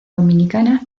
dominicana